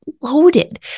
loaded